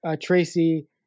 Tracy